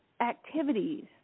activities